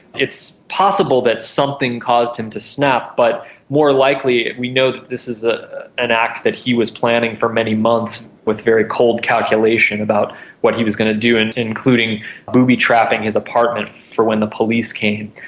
it's possible that something caused him to snap, but more likely we know that this is ah an act that he was planning for many months with very cold calculation about what he was going to do, and including booby-trapping his apartment for when the police came.